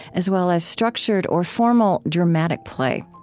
as well as structured or formal dramatic play.